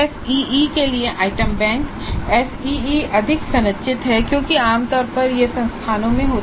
SEE के लिए item bank SEE अधिक संरचित हैं क्योंकि आमतौर पर यह संस्थानों में होता है